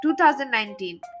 2019